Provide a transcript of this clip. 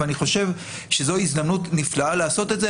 אני חושב שזו הזדמנות נפלאה לעשות את זה.